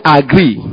agree